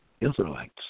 Israelites